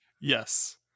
Yes